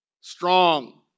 strong